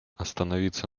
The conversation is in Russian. остановиться